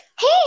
Hey